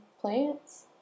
plants